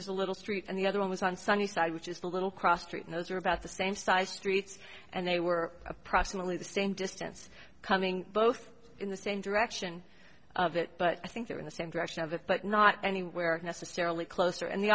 is a little street and the other one was on sunny side which is the little cross street and those are about the same side streets and they were approximately the same distance coming both in the same direction that but i think they're in the same direction of it but not anywhere necessarily